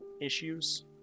issues